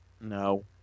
No